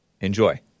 enjoy